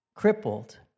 Crippled